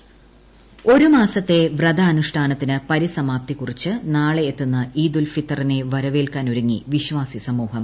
ഈദുൽഫിത്തർ ഒരുമാസത്തെ വ്രതനുഷ്ടാനത്തിന് പരിസമാപ്തി കുറിച്ച് നാളെ എത്തുന്ന ഇൌദുൽഫിത്തറിനെ വരവേൽക്കാനൊരുങ്ങി വിശ്വാസി സമൂഹം